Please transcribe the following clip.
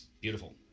beautiful